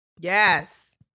Yes